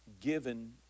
given